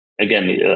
again